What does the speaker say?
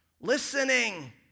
Listening